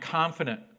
confident